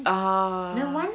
ah